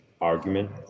argument